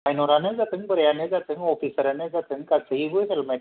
मायन'रानो जाथों बोराइयानो जाथों अफिसारानो जाथों गासैबो हेलमेट